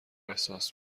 احساس